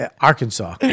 arkansas